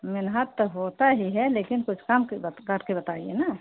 मेहनत तो होता ही है लेकिन कुछ कम करके बताइए ना